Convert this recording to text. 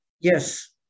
Yes